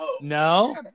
no